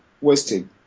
wasted